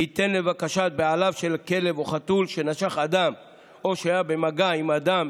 לבקשת בעליו של כלב או חתול שנשך אדם או שהיה במגע עם אדם,